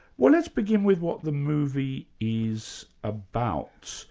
well let's begin with what the movie is about.